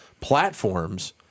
platforms